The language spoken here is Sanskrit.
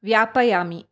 व्यापायामि